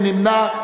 מי נמנע?